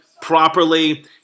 properly